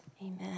Amen